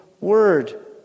Word